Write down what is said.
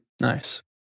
Nice